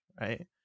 right